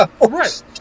Right